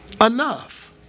enough